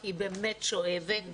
כי היא באמת שואבת,